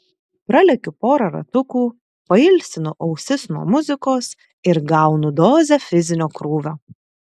pralekiu porą ratukų pailsinu ausis nuo muzikos ir gaunu dozę fizinio krūvio